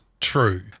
true